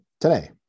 Today